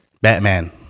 Batman